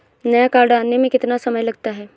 नया कार्ड आने में कितना समय लगता है?